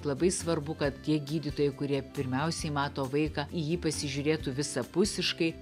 labai svarbu kad tie gydytojai kurie pirmiausiai mato vaiką į jį pasižiūrėtų visapusiškai